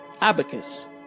Abacus